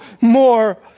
more